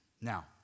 Now